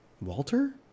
Walter